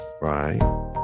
Right